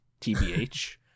tbh